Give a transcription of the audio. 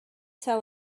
tell